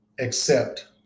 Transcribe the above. accept